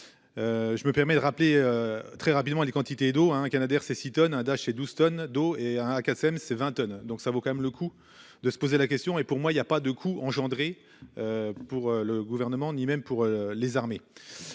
Je me permets de rappeler très rapidement les quantités d'eau un canadair c'est tonnes un Dash et 12 tonnes d'eau et un Kassem c'est 20, donc ça vaut quand même le coup de se poser la question et pour moi il y a pas de coûts engendrés. Pour le gouvernement, ni même pour les armées.